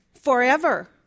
Forever